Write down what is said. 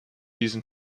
diesen